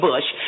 Bush